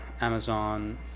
Amazon